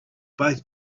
both